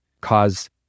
cause